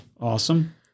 Awesome